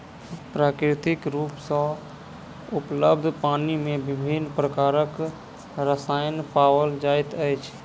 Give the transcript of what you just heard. प्राकृतिक रूप सॅ उपलब्ध पानि मे विभिन्न प्रकारक रसायन पाओल जाइत अछि